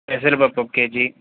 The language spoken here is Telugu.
పెసరపప్పు ఒక కేజీ